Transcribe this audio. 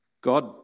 God